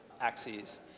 axes